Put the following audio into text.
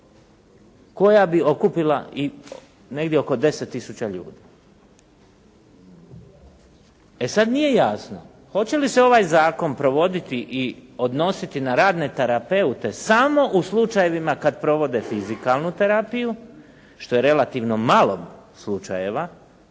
koja bi okupila negdje oko 10 tisuća ljudi. E sad nije jasno, hoće li se ovaj zakon provoditi i odnositi na radne terapeute samo u slučajevima kada provode fizikalnu terapiju, što je relativno malo slučajeva,